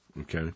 okay